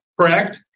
correct